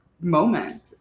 moment